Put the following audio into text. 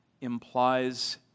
implies